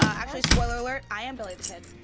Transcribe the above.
actually, spoiler alert, i am billy the kid.